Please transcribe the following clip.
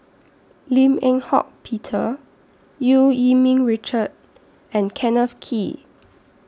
Lim Eng Hock Peter EU Yee Ming Richard and Kenneth Kee